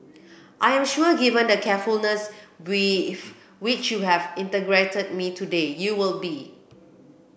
I am sure given the carefulness with which you have interrogated me today you will be